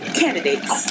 candidates